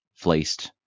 flaced